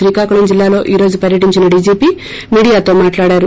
శ్రీకాకుళం జిల్లాలో ఈ రోజు పర్వటించిన డీజీపీ మీడియాతో మాట్లాడారు